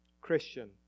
Christian